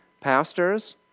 Pastors